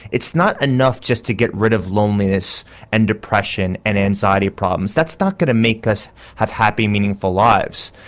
it's not enough just to get rid of loneliness and depression and anxiety problems, that's not going to make us have happy, meaningful lives.